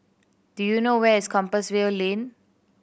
do you know where is Compassvale Lane